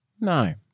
No